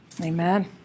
Amen